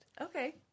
okay